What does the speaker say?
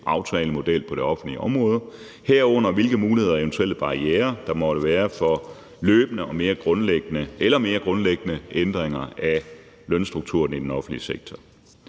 aftalemodel på det offentlige område, herunder hvilke muligheder og eventuelle barrierer der måtte være for løbende eller mere grundlæggende ændringer af lønstrukturen i den offentlige sektor.